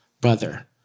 brother